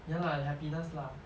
ya lah happiness lah